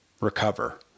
Recover